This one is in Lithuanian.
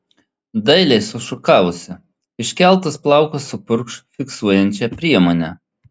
dailiai sušukavusi iškeltus plaukus supurkšk fiksuojančia priemone